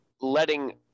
letting